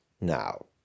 Now